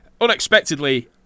Unexpectedly